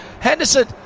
Henderson